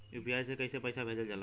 UPI से कइसे पैसा भेजल जाला?